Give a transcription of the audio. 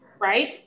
Right